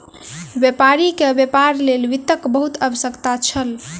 व्यापारी के व्यापार लेल वित्तक बहुत आवश्यकता छल